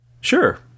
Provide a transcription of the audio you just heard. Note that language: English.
Sure